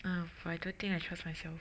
but I don't think I trust myself